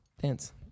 Dance